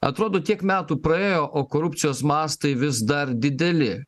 atrodo tiek metų praėjo o korupcijos mastai vis dar dideli